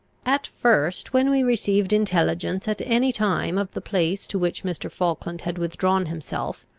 at first, when we received intelligence at any time of the place to which mr. falkland had withdrawn himself,